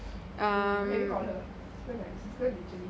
have you called her